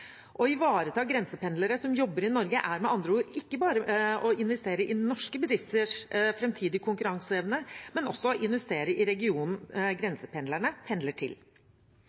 Å ivareta grensependlere som jobber i Norge, er med andre ord ikke bare å investere i norske bedrifters framtidige konkurranseevne, men også å investere i regionen grensependlerne pendler til.